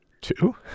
Two